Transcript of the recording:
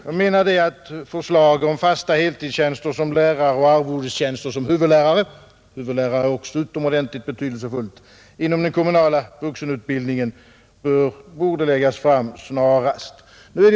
Jag menar att förslag om fasta heltidstjänster och arvodestjänster som huvudlärare — huvudlärare är också något utomordentligt betydelsefullt — inom den kommunala vuxenutbildningen borde läggas fram snarast.